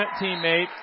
teammate